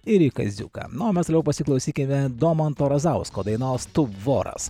ir į kaziuką na o mes gal pasiklausykime domanto razausko dainos tu voras